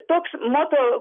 toks moto